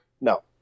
no